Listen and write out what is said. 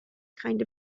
kind